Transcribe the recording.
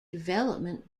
development